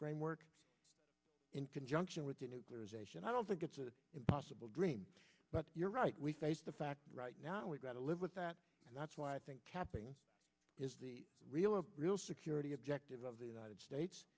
framework in conjunction with the nuclearization i don't think it's an impossible dream but you're right we face the fact right now we've got to live with that and that's why i think capping is real a real security objective of the united states